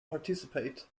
participate